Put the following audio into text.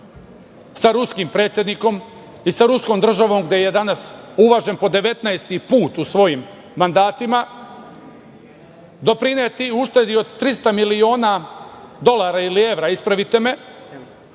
sa ruskim predsednikom i sa ruskom državom, gde je danas uvažen po 19. put u svojim mandatima, doprineti uštedi od 300 miliona evra u narednih